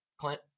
Clint